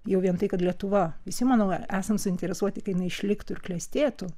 jau vien tai kad lietuva visi manau esam suinteresuoti kad jinai išliktų ir klestėtų